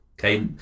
okay